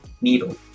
Needle